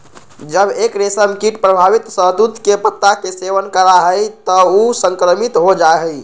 जब एक रेशमकीट प्रभावित शहतूत के पत्ता के सेवन करा हई त ऊ संक्रमित हो जा हई